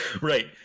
right